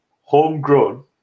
homegrown